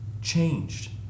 Changed